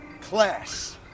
class